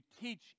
teach